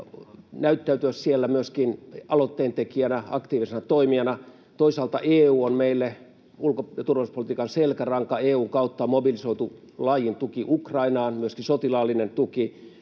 näyttäytyä siellä myöskin aloitteentekijänä, aktiivisena toimijana. Toisaalta EU on meille ulko- ja turvallisuuspolitiikan selkäranka. EU:n kautta on mobilisoitu laajin tuki Ukrainaan, myöskin sotilaallinen tuki.